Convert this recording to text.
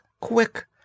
quick